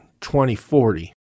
2040